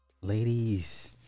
Ladies